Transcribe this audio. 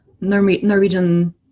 Norwegian